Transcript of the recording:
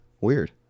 Weird